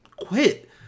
quit